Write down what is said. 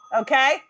Okay